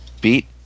beat